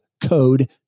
code